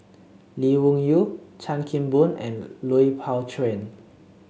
Lee Wung Yew Chan Kim Boon and Lui Pao Chuen